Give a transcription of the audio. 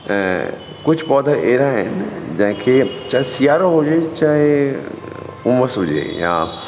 ऐं कुझु पौधा अहिड़ा आहिनि जंहिं खे सियारो हुजे चाहे उमसु हुजे यां